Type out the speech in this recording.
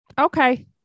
Okay